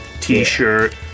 t-shirt